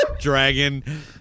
Dragon